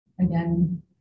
again